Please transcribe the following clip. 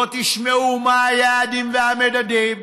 לא תשמעו מה היעדים והמדדים,